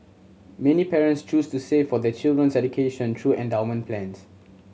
many parents choose to save for their children's education through endowment plans